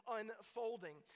unfolding